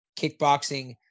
kickboxing